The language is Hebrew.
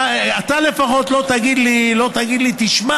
אז אתה לפחות לא תגיד לי: תשמע,